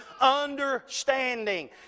understanding